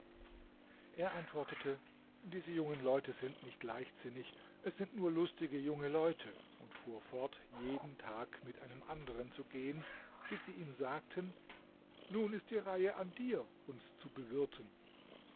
er antwortete diese jungen kaufleute sind nicht leichtsinnig es sind nur lustige junge leute und fuhr fort jeden tag mit einem anderen zu gehen bis sie ihm sagten nun ist die reihe an dir uns zu bewirten